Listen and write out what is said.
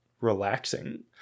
relaxing